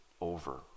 over